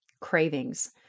Cravings